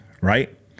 right